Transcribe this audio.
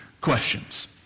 questions